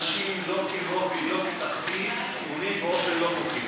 אנשים, לא כהובי, לא כתחביב, בונים באופן לא חוקי.